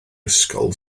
ysgol